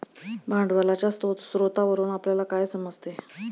भांडवलाच्या स्रोतावरून आपल्याला काय समजते?